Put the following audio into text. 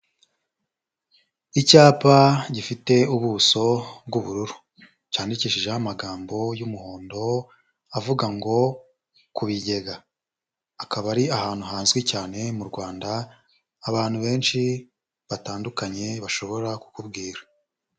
Icyapa gifite ubuso bw'ubururu, cyandikishijeho amagambo y'umuhondo avuga ngo ku Bigega, akaba ari ahantu hazwi cyane mu Rwanda, abantu benshi batandukanye bashobora kukubwira.